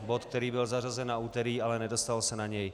Bod, který byl zařazen na úterý, ale nedostalo se na něj.